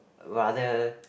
rather